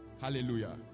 Hallelujah